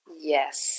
Yes